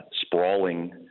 sprawling